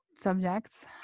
subjects